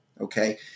okay